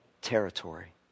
territory